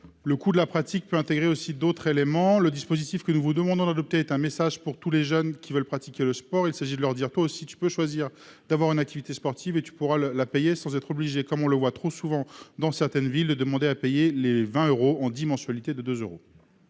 le coût de la pratique peut également intégrer d'autres éléments. Le dispositif que nous vous demandons d'adopter est un message pour tous les jeunes qui veulent pratiquer le sport. Il s'agit de leur dire :« Toi aussi tu peux choisir d'avoir une activité sportive, et tu pourras la payer sans être obligé de demander à payer les 20 euros en dix mensualités de 2 euros